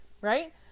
right